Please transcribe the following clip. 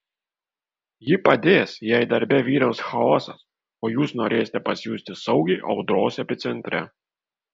ji padės jei darbe vyraus chaosas o jūs norėsite pasijusti saugiai audros epicentre